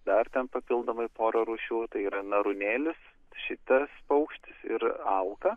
dar ten papildomai pora rūšių tai yra narūnėlis šitas paukštis ir alka